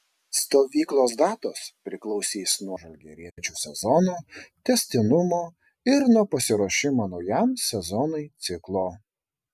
stovyklos datos priklausys nuo žalgiriečių sezono tęstinumo ir nuo pasiruošimo naujam sezonui ciklo